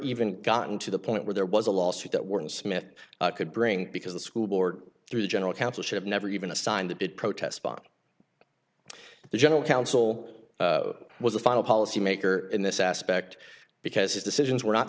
even gotten to the point where there was a lawsuit that weren't smith could bring because the school board through the general counsel she had never even assigned that did protest beyond the general counsel was the final policy maker in this aspect because his decisions were not